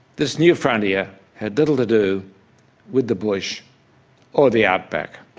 this new frontier has little to do with the bush or the outback.